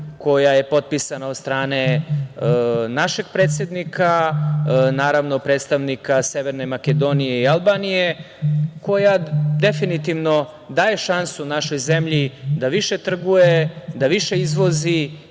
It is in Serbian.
koja je potpisana od strane našeg predsednika, naravno predstavnika Severne Makedonije i Albanije, koja definitivno daje šansu našoj zemlji da više trguje, da više izvozi